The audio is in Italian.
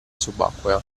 subacquea